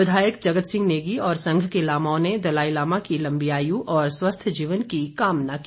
विधायक जगत सिंह नेगी और संघ के लामाओं ने दलाई लामा की लंबी आयु और स्वस्थ्य जीवन की कामना की